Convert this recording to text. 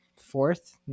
fourth